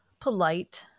polite